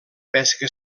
pesca